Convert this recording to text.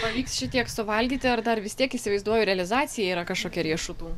pavyks šitiek suvalgyti ar dar vis tiek įsivaizduoju realizacija yra kažkokia riešutų